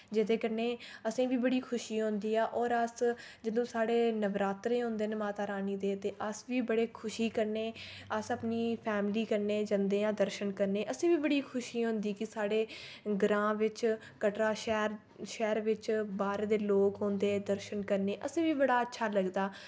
जेह्दे कन्नै असें बी बड़ी खुशी होंदी ऐ और अस जदूं साढ़े नवरात्रे होंदे न माता रानी दे ते अस बी बड़े खुशी कन्नै अस अपनी फैमली कन्नै जन्दे आं दर्शन करने असें बी बड़ी खुशी होंदी कि साढ़े ग्रां बिच कटरा शैह्र शैह्र बिच बाह्रे दे लोक औंदे दर्शन करने असें बी बड़ा अच्छा लगदा